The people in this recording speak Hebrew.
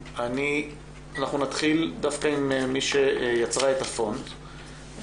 אנחנו נתחיל דווקא עם מי שיצרה את הפונט,